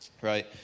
Right